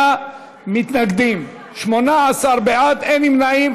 58 מתנגדים, 18 בעד, אין נמנעים.